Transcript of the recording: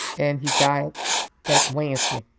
and he died that wednesday.